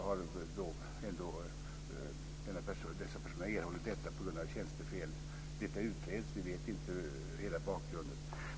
Dessa personer har erhållit svenskt medborgarskap på grund av tjänstefel. Detta utreds. Vi vet inte hela bakgrunden.